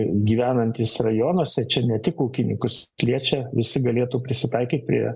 gyvenantys rajonuose čia ne tik ūkininkus liečia visi galėtų prisitaikyt prie